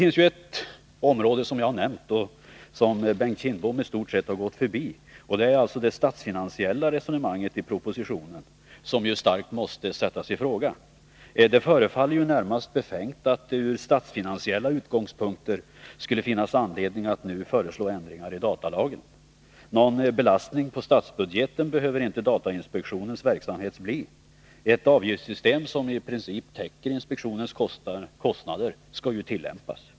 Det är ett område jag har nämnt som Bengt Kindbom i stort sett har gått förbi, och det är det statsfinansiella resonemanget i propositionen. Det måste starkt sättas i fråga. Det förefaller närmast befängt att det från statsfinansiella utgångspunkter skulle finnas anledning att nu föreslå ändringar i datalagen. Någon belastning på statsbudgeten behöver inte datainspektionens verksamhet bli. Ett avgiftssystem som i princip täcker inspektionens kostnader skall ju tillämpas.